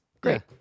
Great